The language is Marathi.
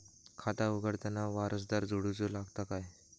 खाता उघडताना वारसदार जोडूचो लागता काय?